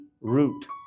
root